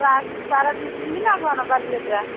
ଆସୁଛୁ ବାର ଦିନ ବୁଲିଲା କ'ଣ ବାଲିଯାତ୍ରା